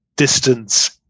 distance